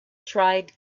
tried